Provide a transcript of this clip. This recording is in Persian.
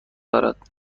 دارد